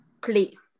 please